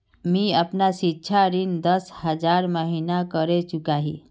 मी अपना सिक्षा ऋण दस हज़ार महिना करे चुकाही